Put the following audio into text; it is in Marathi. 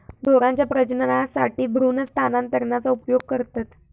ढोरांच्या प्रजननासाठी भ्रूण स्थानांतरणाचा उपयोग करतत